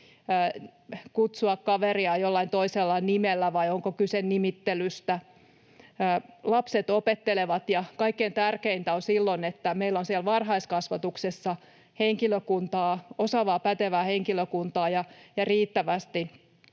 kutsua kaveria jollain toisella nimellä, vai onko kyse nimittelystä. Lapset opettelevat, ja kaikkein tärkeintä silloin on, että meillä on siellä varhaiskasvatuksessa henkilökuntaa, osaavaa, pätevää henkilökuntaa ja riittävästi